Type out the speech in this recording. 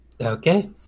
Okay